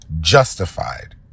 justified